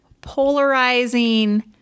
polarizing